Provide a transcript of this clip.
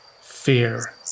Fear